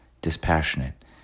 Dispassionate